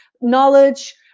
knowledge